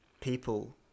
people